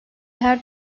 her